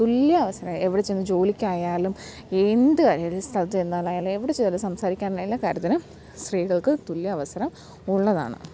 തുല്യ അവസരമാണ് എവിടെച്ചെന്ന് ജോലിക്കായാലും എന്ത് കാര്യമായാലും ഒരു സ്ഥലത്ത് ചെന്നാലും അയാൾ എവിടെച്ചെന്ന് സംസാരിക്കാനും എല്ലാ കാര്യത്തിനും സ്ത്രീകൾക്ക് തുല്യ അവസരം ഉള്ളതാണ്